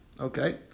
Okay